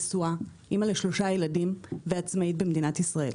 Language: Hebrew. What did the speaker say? נשואה, אמא לשלושה ילדים ועצמאית במדינת ישראל.